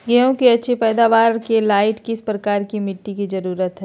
गेंहू की अच्छी पैदाबार के लाइट किस प्रकार की मिटटी की जरुरत है?